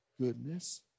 goodness